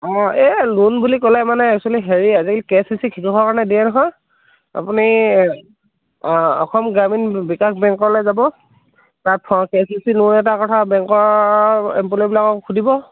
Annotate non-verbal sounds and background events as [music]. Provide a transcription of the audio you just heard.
অ' এই লোণ বুলি ক'লে মানে এক্সোৱেলি হেৰি আজিকালি [unintelligible] কাৰণে দিয়ে নহয় আপুনি অ' অসম গ্ৰামীণ বিকাশ বেংকলৈ যাব তাত [unintelligible] লোণ এটা কথা বেংকৰ এমপ্লয়ীবিলাকক সুধিব